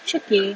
it's okay